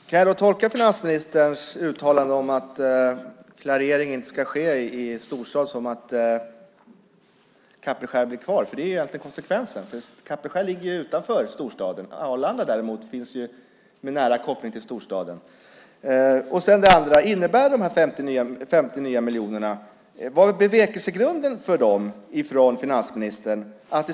Herr talman! Kan jag tolka finansministerns uttalande att klareringen inte ska ske i en storstad som att verksamheten i Kapellskär blir kvar? Det är egentligen konsekvensen, för Kapellskär ligger utanför storstaden. Arlanda däremot har en nära koppling till storstaden. Vad var bevekelsegrunden för de 50 nya miljonerna från finansministern?